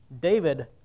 David